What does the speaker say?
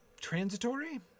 Transitory